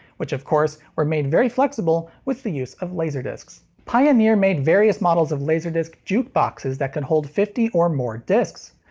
which, of course, were made very flexible with the use of laserdiscs. pioneer made various models of laserdisc jukeboxes that could hold fifty or more discs.